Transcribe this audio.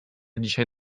dzisiaj